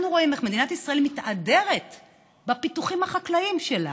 כשאנחנו רואים איך מדינת ישראל מתהדרת בפיתוחים החקלאיים שלה,